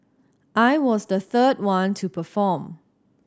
I was the third one to perform